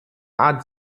art